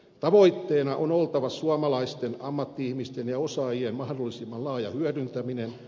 tavoitteena on oltava suomalaisten ammatti ihmisten ja osaajien mahdollisimman laaja hyödyntäminen